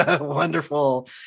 Wonderful